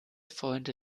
freunde